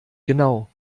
genau